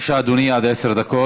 בבקשה, אדוני, עד עשר דקות.